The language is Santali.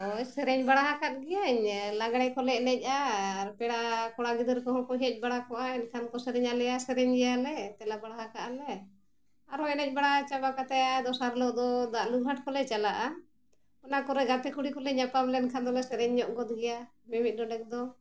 ᱦᱳᱭ ᱥᱮᱨᱮᱧ ᱵᱟᱲᱟ ᱟᱠᱟᱫ ᱜᱤᱭᱟᱹᱧ ᱞᱟᱜᱽᱲᱮ ᱠᱚᱞᱮ ᱮᱱᱮᱡᱼᱟ ᱟᱨ ᱯᱮᱲᱟ ᱠᱚᱲᱟ ᱜᱤᱫᱟᱹᱨ ᱠᱚᱦᱚᱸ ᱠᱚ ᱦᱮᱡ ᱵᱟᱲᱟ ᱠᱚᱜᱼᱟ ᱮᱱᱠᱷᱟᱱ ᱠᱚ ᱥᱮᱨᱮᱧ ᱟᱞᱮᱭᱟ ᱥᱮᱨᱮᱧ ᱜᱮᱭᱟᱞᱮ ᱛᱮᱞᱟ ᱵᱟᱲᱟ ᱟᱠᱟᱜ ᱟᱞᱮ ᱟᱨᱦᱚᱸ ᱮᱱᱮᱡ ᱵᱟᱲᱟ ᱪᱟᱵᱟ ᱠᱟᱛᱮ ᱫᱚᱥᱟᱨ ᱦᱤᱞᱳᱜ ᱫᱚ ᱫᱟᱜ ᱞᱩ ᱜᱷᱟᱴ ᱠᱚᱞᱮ ᱪᱟᱞᱟᱜᱼᱟ ᱚᱱᱟ ᱠᱚᱨᱮ ᱜᱟᱛᱮ ᱠᱩᱲᱤ ᱠᱚᱞᱮ ᱧᱟᱯᱟᱢ ᱞᱮᱱᱠᱷᱟᱱ ᱫᱚᱞᱮ ᱥᱮᱨᱮᱧ ᱧᱚᱜ ᱜᱚᱫ ᱜᱮᱭᱟ ᱢᱤᱢᱤᱫ ᱰᱚᱸᱰᱮᱠ ᱫᱚ